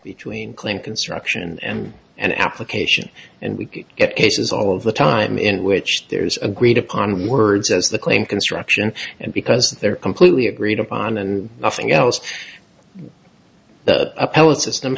between clean construction and an application and we it has all of the time in which there's a agreed upon words as the claim construction and because they're completely agreed upon and nothing else the appellate system